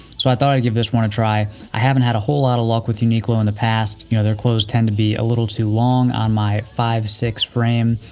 so, i thought i'd give this one a try. i haven't had a whole lot of luck with uniqlo in the past. you know, their clothes tend to be a little too long on my five six frame.